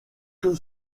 que